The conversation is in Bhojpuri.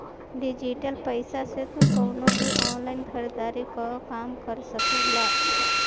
डिजटल पईसा से तू कवनो भी ऑनलाइन खरीदारी कअ काम कर सकेला